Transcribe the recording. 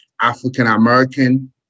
African-American